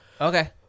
Okay